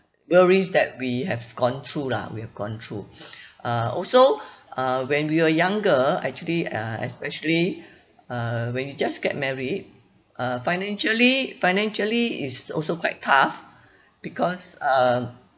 worries that we have gone through lah we have gone through uh also uh when we were younger actually uh especially uh when you just get married uh financially financially it's also quite tough because uh